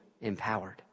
empowered